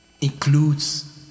includes